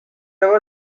ever